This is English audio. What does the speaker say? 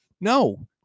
No